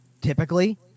typically